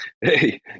Hey